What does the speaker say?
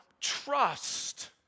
trust